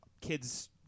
kids